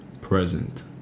present